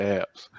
apps